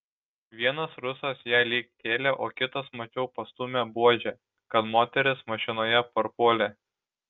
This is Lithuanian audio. vienas rusas ją lyg kėlė o kitas mačiau pastūmė buože kad moteris mašinoje parpuolė